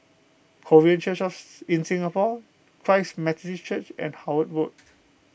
Korean Churches in Singapore Christ Methodist Church and Howard Road